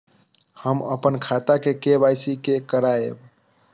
हम अपन खाता के के.वाई.सी के करायब?